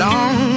Long